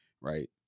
Right